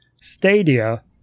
Stadia